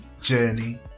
journey